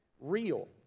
real